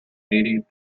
needed